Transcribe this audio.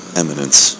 eminence